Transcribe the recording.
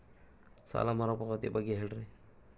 ಸಾಲ ಮರುಪಾವತಿ ಬಗ್ಗೆ ಹೇಳ್ರಿ?